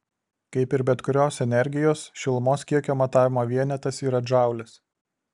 kaip ir bet kurios energijos šilumos kiekio matavimo vienetas yra džaulis